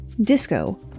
Disco